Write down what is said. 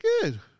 good